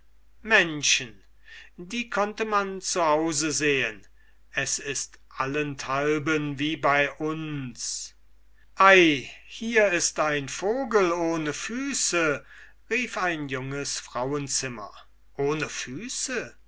menschen die konnte man zu hause sehen es ist allenthalben wie bei uns ei hier ist gar ein vogel ohne füße rief ein junges frauenzimmer ohne